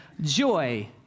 joy